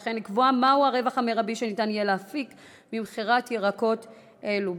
וכן לקבוע מה הרווח המרבי שאפשר יהיה להפיק ממכירת ירקות אלו.